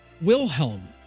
Wilhelm